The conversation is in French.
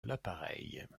l’appareil